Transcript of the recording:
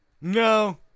No